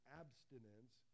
abstinence